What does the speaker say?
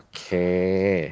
Okay